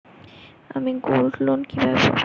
আমি গোল্ডলোন কিভাবে পাব?